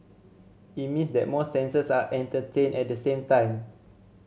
it means that more senses are entertained at the same time